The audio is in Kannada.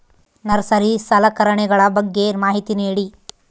ನರ್ಸರಿ ಸಲಕರಣೆಗಳ ಬಗ್ಗೆ ಮಾಹಿತಿ ನೇಡಿ?